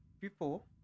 People